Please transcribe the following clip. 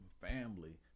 family